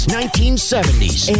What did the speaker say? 1970s